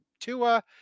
Tua